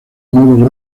modo